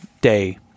day